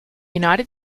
united